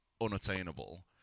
unattainable